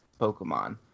Pokemon